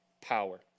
power